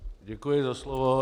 Děkuji za slovo.